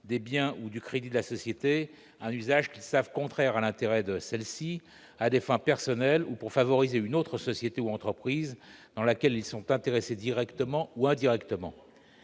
des biens ou du crédit de la société un usage qu'ils savent contraire à l'intérêt de celle-ci, à des fins personnelles ou pour favoriser une autre société ou entreprise dans laquelle ils sont intéressés directement ou indirectement.